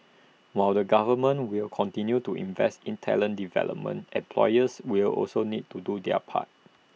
while the government will continue to invest in talent development employers will also need to do their part